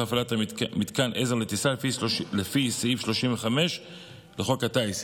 הפעלת מיתקן עזר לטיסה לפי סעיף 35 לחוק הטיס,